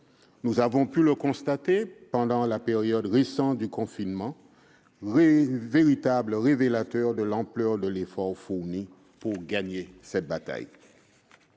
Nous avons pu le constater pendant la période récente de confinement qui a été un véritable révélateur de l'ampleur de l'effort à fournir pour gagner cette bataille.